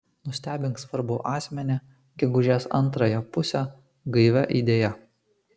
nustebink svarbų asmenį gegužės antrąją pusę gaivia idėja